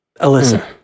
Alyssa